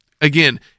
again